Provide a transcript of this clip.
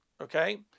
Okay